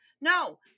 No